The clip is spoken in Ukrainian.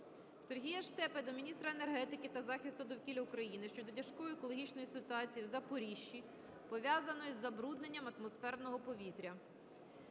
Сергія Штепи до міністра енергетики та захисту довкілля України щодо тяжкої екологічної ситуації в Запоріжжі, пов'язаної з забрудненням атмосферного повітря.